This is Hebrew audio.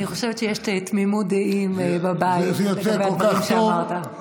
אני חושבת שיש תמימות דעים בבית לגבי הדברים שאמרת.